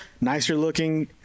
nicer-looking